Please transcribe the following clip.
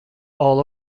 all